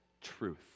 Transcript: truth